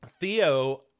Theo